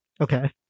Okay